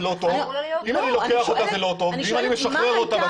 זה לא טוב ואם אני משחרר אותה,